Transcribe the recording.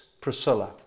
Priscilla